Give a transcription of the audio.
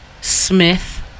smith